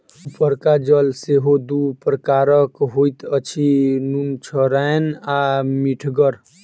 उपरका जल सेहो दू प्रकारक होइत अछि, नुनछड़ैन आ मीठगर